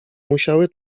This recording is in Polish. musiały